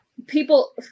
People